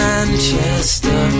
Manchester